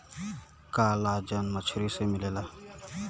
collagen मछरी से मिलला